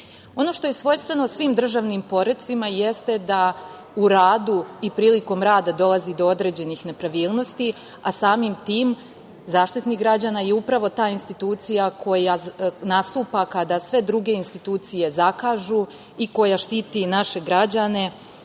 što je svojstveno svim državnim porecima jeste da u radu i prilikom rada dolazi do određenih nepravilnosti, a samim Zaštitnik građana je upravo na institucija koja nastupa kada sve druge institucije zakažu i koja štiti naše građane